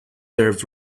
there